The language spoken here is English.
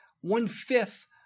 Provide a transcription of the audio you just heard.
one-fifth